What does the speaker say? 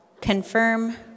confirm